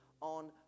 on